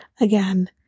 again